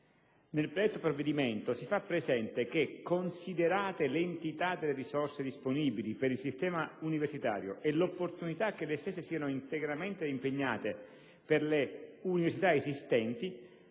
Nel predetto provvedimento si fa presente che, considerata l'entità delle risorse disponibili per il sistema universitario e l'opportunità che le stesse siano interamente impegnate per le università esistenti,